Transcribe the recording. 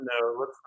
No